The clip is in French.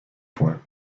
point